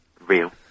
Real